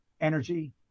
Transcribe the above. energy